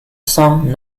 song